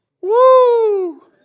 Woo